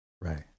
Right